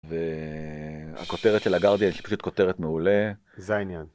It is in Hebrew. הכותרת של הגרדיאנט פשוט כותרת מעולה זה העניין.